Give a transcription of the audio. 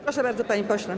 Proszę bardzo, panie pośle.